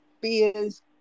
Beers